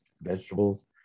vegetables